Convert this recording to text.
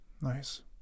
Nice